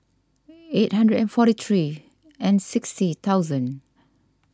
eight hundred and forty six and sixty thousand